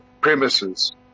premises